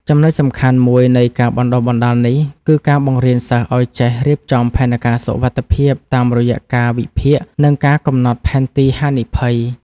ចំណុចសំខាន់មួយនៃការបណ្ដុះបណ្ដាលនេះ គឺការបង្រៀនសិស្សឱ្យចេះរៀបចំផែនការសុវត្ថិភាពតាមរយៈការវិភាគ និងការកំណត់ផែនទីហានិភ័យ។